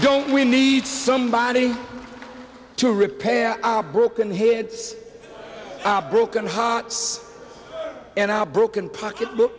don't we need somebody to repair our broken heads our broken hearts and our broken pocketbook